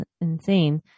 insane